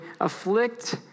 afflict